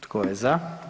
Tko je za?